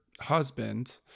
husband